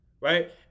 right